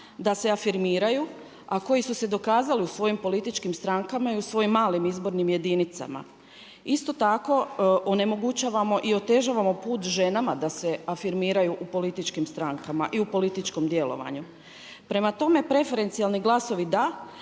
da se afirmiraju a koji su se dokazali u svojim političkim strankama i u svojim malim izbornim jedinicama. Isto tako onemogućavamo i otežavamo put ženama da se afirmiraju u političkim strankama i u političkom djelovanju. Prema tome preferencijalni glasovi da,